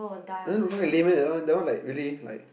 the Nun very lame eh that one that one like really like